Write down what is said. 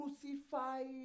crucified